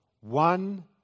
One